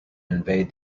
invade